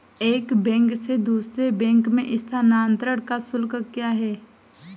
एक बैंक से दूसरे बैंक में स्थानांतरण का शुल्क क्या है?